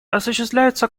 осуществляются